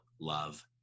love